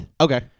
Okay